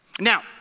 Now